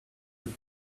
with